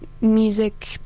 music